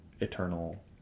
eternal